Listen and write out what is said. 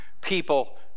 people